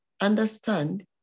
understand